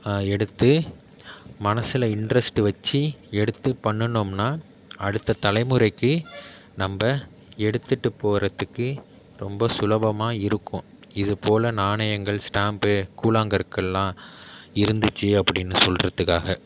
எடுத்து மனசில் இன்ட்ரஸ்ட்டு வச்சு எடுத்து பண்ணுனோம்னா அடுத்த தலைமுறைக்கு நம்ம எடுத்துட்டு போகிறத்துக்கு ரொம்ப சுலபமாக இருக்கும் இதுப்போல் நாணயங்கள் ஸ்டாம்ப்பு கூழாங்கற்களெலாம் இருந்துச்சு அப்படின்னு சொல்கிறத்துக்காக